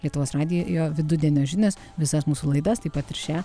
lietuvos radijo vidudienio žinios visas mūsų laidas taip pat ir šią